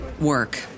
work